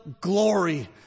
glory